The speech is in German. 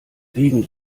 wegen